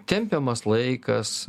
tempiamas laikas